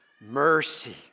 Mercy